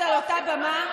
אנחנו חברים באותה מפלגה.